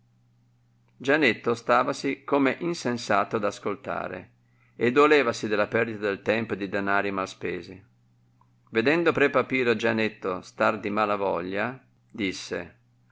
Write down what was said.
ahondantia gianetto stavasi come insensato ad ascoltare e dolevasi della perdita del tempo e di danari mal spesi vedendo pre papiro gianetto star di mala voglia disse